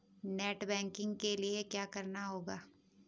Net banking के लिए क्या करना होगा?